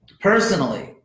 personally